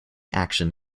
action